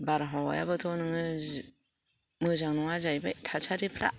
बारहावायाबोथ' नोङो जि मोजां नङा जाहैबाय थासारिफ्रा